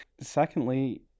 Secondly